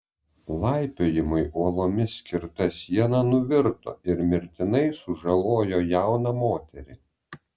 laipiojimui uolomis skirta siena nuvirto ir mirtinai sužalojo jauną moterį